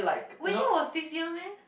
wedding was this year meh